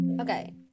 okay